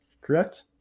correct